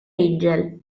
angel